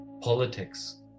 politics